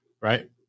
Right